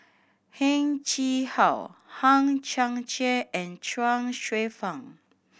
Heng Chee How Hang Chang Chieh and Chuang Hsueh Fang